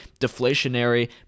deflationary